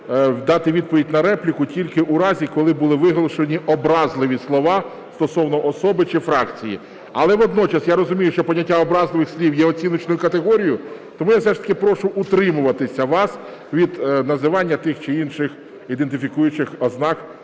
дати відповідь на репліку тільки у разі, коли були виголошені образливі слова стосовно особи чи фракції. Але водночас, я розумію, що поняття образливих слів є оціночною категорією, тому я все ж таки прошу утримуватися вас від називання тих чи інших ідентифікуючих ознак